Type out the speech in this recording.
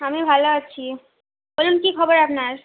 আমি ভালো আছি বলুন কি খবর আপনার